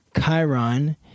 Chiron